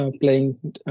playing